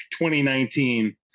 2019